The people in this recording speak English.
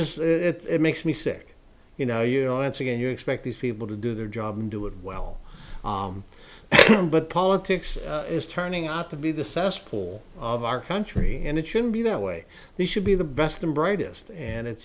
which is it makes me sick you know you know it's again you expect these people to do their job and do it well but politics is turning out to be the cesspool of our country and it shouldn't be that way we should be the best and brightest and it's